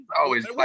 always-